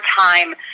time